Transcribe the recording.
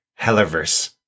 Hellerverse